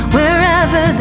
Wherever